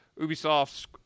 Ubisoft